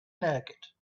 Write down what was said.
naked